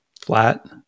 flat